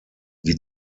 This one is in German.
die